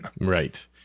right